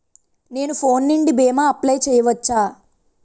నేను ఫోన్ నుండి భీమా అప్లయ్ చేయవచ్చా?